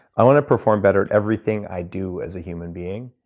i want to perform better at everything i do as a human being.